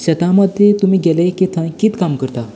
शेतां मद्ये तुमी गेलें काय थंय कितें काम करतात